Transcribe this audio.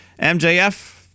MJF